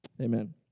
amen